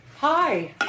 Hi